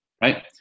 right